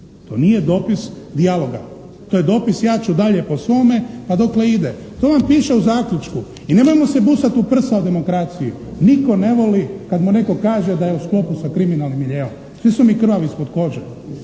To nije dopis dijaloga. To je dopis, ja ću dalje po svome, pa dokle ide. To vam piše u zaključku i nemojmo se busat u prsa u demokraciju. Nitko ne voli kad mu netko kaže da je u sklopu s kriminalnim miljeom. Svi smo mi krvavi ispod kože.